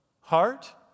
heart